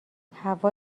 هوا